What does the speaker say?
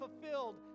fulfilled